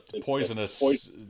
poisonous